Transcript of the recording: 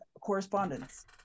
correspondence